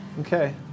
Okay